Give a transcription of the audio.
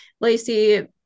Lacey